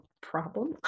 problem